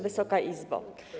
Wysoka Izbo!